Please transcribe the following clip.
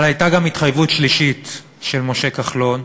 אבל הייתה גם התחייבות שלישית של משה כחלון,